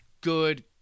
good